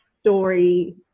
story